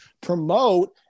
promote